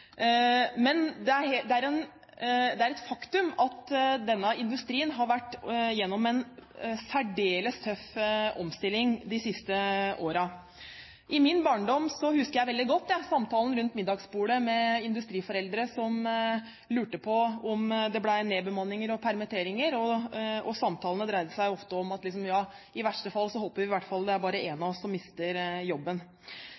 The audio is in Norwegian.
det er et faktum at denne industrien har vært gjennom en særdeles tøff omstilling de siste årene. Fra min barndom husker jeg veldig godt samtalene rundt middagsbordet med industriforeldre som lurte på om det ble nedbemanninger og permitteringer, og samtalene dreide seg ofte om at de håpet at i beste fall bare en av dem mistet jobben. I